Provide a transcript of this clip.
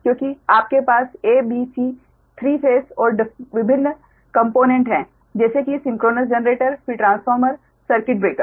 क्योंकि आपके पास a b c 3 फेस और विभिन्न कॉम्पोनेंट हैं जैसे कि सिंक्रोनस जनरेटर फिर ट्रांसफार्मर सर्किट ब्रेकर